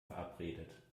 verabredet